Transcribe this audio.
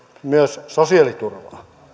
myös sosiaaliturvaa